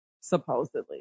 supposedly